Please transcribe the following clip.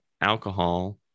alcohol